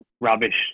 rubbish